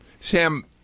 Sam